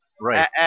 Right